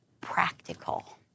practical